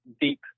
deep